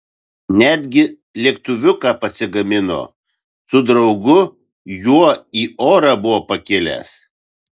netgi lėktuviuką pasigamino su draugu juo į orą buvo pakilęs